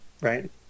right